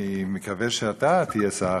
אני מקווה שאתה תהיה שר החוץ,